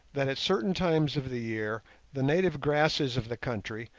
that at certain times of the year the native grasses of the country,